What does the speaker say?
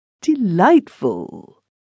Delightful